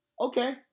okay